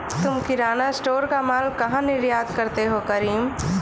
तुम किराना स्टोर का मॉल कहा निर्यात करते हो करीम?